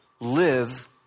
live